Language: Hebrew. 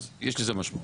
אז יש לזה משמעות.